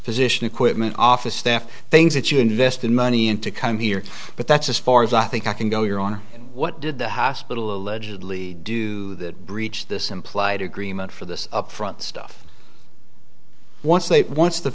physician equipment office staff things that you invested money in to come here but that's as far as i think i can go you're on what did the hospital allegedly do breach this implied agreement for this upfront stuff once they once the